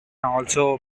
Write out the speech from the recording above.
also